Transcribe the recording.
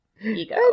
Ego